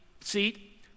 seat